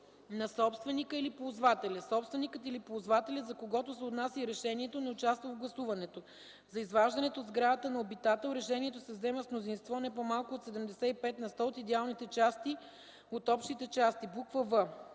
на собственика или ползвателя; собственикът или ползвателят, за когото се отнася решението, не участва в гласуването; за изваждането от сградата на обитател, решението се взема с мнозинство не по-малко от 75 на сто от идеалните части от общите части;” в)